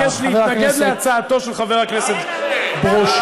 אני מבקש להתנגד להצעתו של חבר הכנסת ברושי.